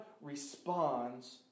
responds